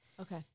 Okay